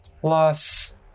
Plus